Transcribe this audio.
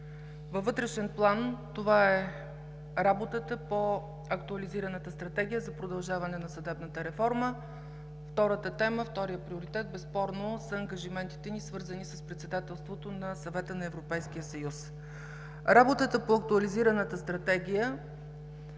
Във вътрешен план това е работата по актуализираната Стратегия за продължаване на съдебната реформа. Вторият приоритет безспорно са ангажиментите ни, свързани с Председателството на Съвета на Европейския съюз. Работата по актуализираната Стратегия